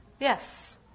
Yes